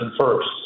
first